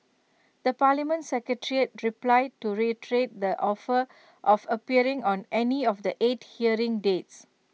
the parliament secretariat replied to reiterate the offer of appearing on any of the eight hearing dates